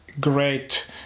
great